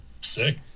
sick